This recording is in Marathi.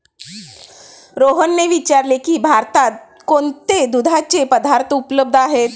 रोहनने विचारले की भारतात कोणते दुधाचे पदार्थ उपलब्ध आहेत?